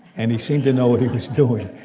and he seemed to know what he was doing.